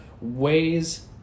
ways